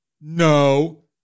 No